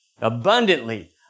abundantly